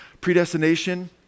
predestination